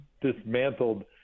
dismantled